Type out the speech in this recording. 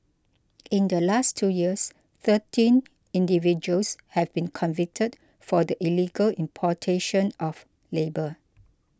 in the last two years thirteen individuals have been convicted for the illegal importation of labour